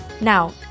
Now